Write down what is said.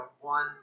one